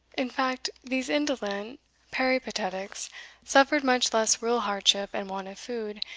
in fact, these indolent peripatetics suffered much less real hardship and want of food,